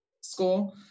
School